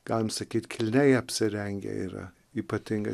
galim sakyt kilniai apsirengę yra ypatingais